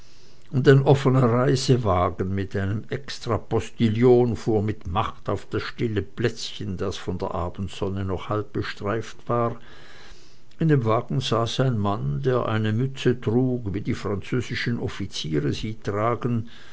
und ein offener reisewagen mit einem extrapostillion fuhr mit macht auf das stille plätzchen das von der abendsonne noch halb bestreift war in dem wagen saß ein mann der eine mütze trug wie die französischen offiziere sie tragen